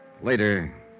Later